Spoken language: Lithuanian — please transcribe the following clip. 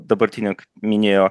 dabartinio kaip minėjo